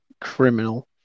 Criminal